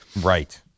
right